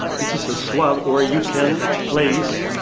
this is a swab, where you can place